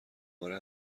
باره